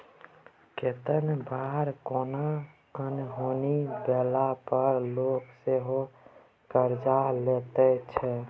कतेक बेर कोनो अनहोनी भेला पर लोक सेहो करजा लैत छै